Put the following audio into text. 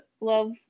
love